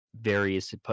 various